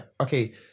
Okay